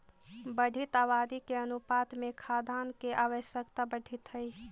बढ़ीत आबादी के अनुपात में खाद्यान्न के आवश्यकता बढ़ीत हई